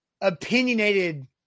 opinionated